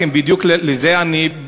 זה לא רק